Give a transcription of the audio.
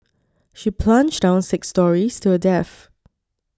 she plunged down six storeys to her death